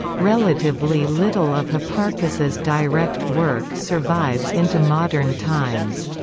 relatively little of hipparchus's direct work survives into modern times.